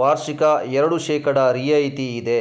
ವಾರ್ಷಿಕ ಎರಡು ಶೇಕಡಾ ರಿಯಾಯಿತಿ ಇದೆ